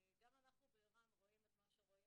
גם אנחנו בער"ן רואים את מה שרואים